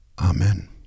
Amen